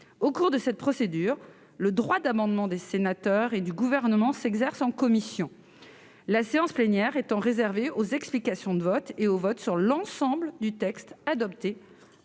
Au cours de cette procédure, le droit d'amendement des sénateurs et du Gouvernement s'exerce en commission, la séance plénière étant réservée aux explications de vote et au vote sur l'ensemble du texte adopté